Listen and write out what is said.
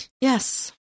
Yes